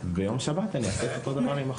וביום שבת אעשה אותו דבר עם החומר.